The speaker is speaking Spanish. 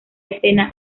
escena